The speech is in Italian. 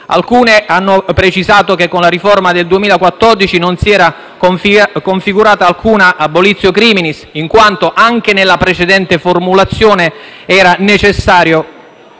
alcune hanno precisato che con la riforma del 2014 non si era configurata alcuna *abolitio criminis,* in quanto anche nella precedente formulazione era necessario